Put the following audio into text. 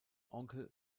onkel